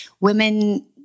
women